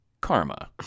karma